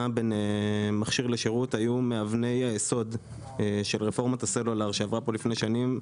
בין מכשיר לשירות היו מאבני היסוד של רפורמת הסלולר שעברה פה לפני שנים,